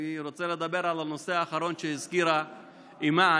אני רוצה לדבר על הנושא האחרון שהזכירה אימאן,